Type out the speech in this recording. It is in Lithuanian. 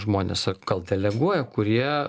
žmones ar gal deleguoja kurie